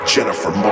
Jennifer